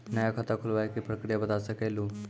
नया खाता खुलवाए के प्रक्रिया बता सके लू?